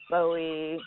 Bowie